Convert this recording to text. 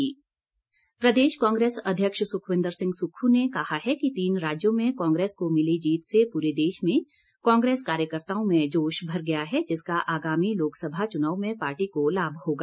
कांग्रेस प्रदेश कांग्रेस अध्यक्ष सुखविंदर सिंह सुक्खू ने कहा है कि तीन राज्यों में कांग्रेस को मिली जीत से पूरे देश में कांग्रेस कार्यकर्ताओं में जोश भर गया है जिसका आगामी लोकसभा चुनाव में पार्टी को लाभ होगा